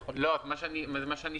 זה יכול --- מה שאני שואל,